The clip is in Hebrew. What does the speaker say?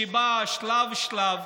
שבה שלב-שלב,